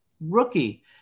rookie